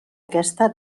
aquesta